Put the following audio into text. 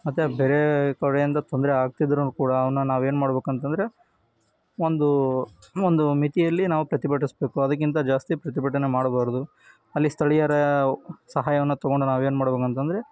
ಮತ್ತು ಬೇರೆ ಕಡೆಯಿಂದ ತೊಂದರೆ ಆಗ್ತಿದ್ದರು ಕೂಡ ಅವನ್ನು ನಾವೇನು ಮಾಡಬೇಕು ಅಂತ ಅಂದ್ರೆ ಒಂದು ಒಂದು ಮಿತಿಯಲ್ಲಿ ನಾವು ಪ್ರತಿಭಟಿಸಬೇಕು ಅದಕ್ಕಿಂತ ಜಾಸ್ತಿ ಪ್ರತಿಭಟನೆ ಮಾಡಬಾರ್ದು ಅಲ್ಲಿ ಸ್ಥಳೀಯರ ಸಹಾಯವನ್ನು ತೊಗೊಂಡು ನಾವು ಏನು ಮಾಡಬೇಕು ಅಂತ ಅಂದ್ರೆ